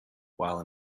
while